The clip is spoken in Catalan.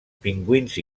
pingüins